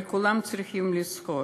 אבל כולם צריכים לזכור: